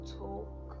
talk